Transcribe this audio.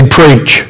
preach